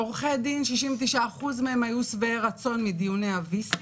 עורכי דין, 69% מהם היו שבעי רצון מדיוני ה-VC.